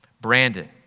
Brandon